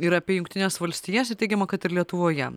ir apie jungtines valstijas ir teigiama kad ir lietuvoje